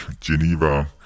Geneva